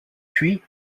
puis